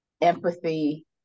empathy